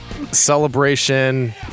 celebration